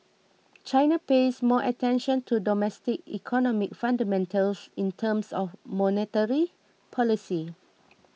China pays more attention to domestic economic fundamentals in terms of monetary policy